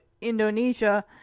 Indonesia